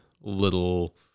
little